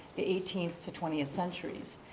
the eighteenth to twentieth centuries.